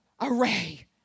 array